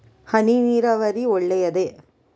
ಹನಿ ನೀರಾವರಿ ಒಳ್ಳೆಯದೇ?